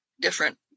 different